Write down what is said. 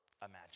imagine